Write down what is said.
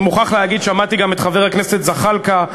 אני מוכרח להגיד ששמעתי גם את חבר הכנסת זחאלקה,